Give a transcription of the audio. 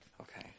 Okay